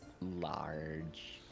large